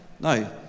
No